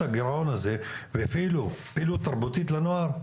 הגירעון הזה והפעילו פעילות תרבותית לנוער,